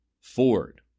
Ford